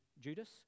Judas